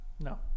No